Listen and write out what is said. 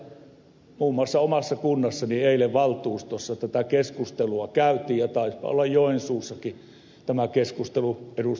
muun muassa omassa kunnassani eilen valtuustossa tätä keskustelua käytiin ja taisipa olla joensuussakin tämä keskustelu ed